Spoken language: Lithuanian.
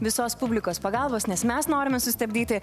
visos publikos pagalbos nes mes norime sustabdyti